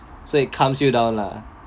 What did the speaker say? so it calms you down lah